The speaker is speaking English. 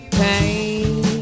pain